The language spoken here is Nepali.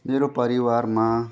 मेरो परिवारमा